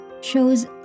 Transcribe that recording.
shows